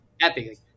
Epic